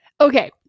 Okay